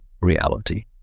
reality